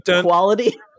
quality